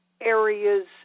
areas